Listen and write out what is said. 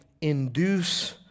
induce